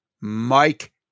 Mike